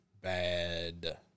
bad